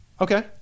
Okay